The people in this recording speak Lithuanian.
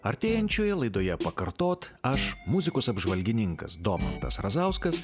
artėjančioje laidoje pakartot aš muzikos apžvalgininkas domantas razauskas